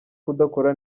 kudakora